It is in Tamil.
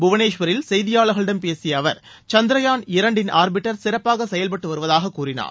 புவனேஸ்வரில் செய்தியாளர்களிடம் பேசிய அவர் சந்திரயான் இரண்டின் ஆர்பிட்டர் சிறப்பாக செயல்பட்டு வருவதாகக் கூறினார்